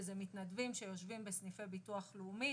מתנדבים שיושבים בסניפי ביטוח לאומי